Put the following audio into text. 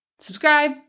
Subscribe